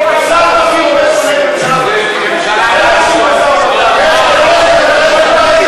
חבר הכנסת חיליק